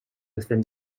within